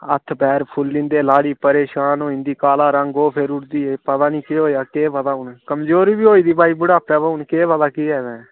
हत्थ पैर फुल्ली जंदे लाड़ी परेशान होई जंदी काला रंग ओह् फेरुड़दी पता नी केह् होएया केह् पता हून कमजोरी बी होई दी भाई बुड़ापै बा हून केह् पता केह् ऐ भैं